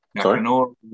Sorry